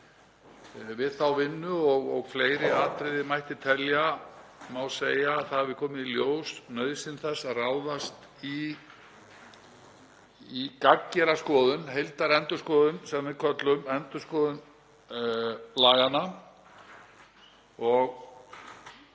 Við þá vinnu, og fleiri atriði mætti telja, má segja að komið hafi í ljós nauðsyn þess að ráðast í gagngera skoðun, heildarendurskoðun sem við köllum, endurskoðun laganna, og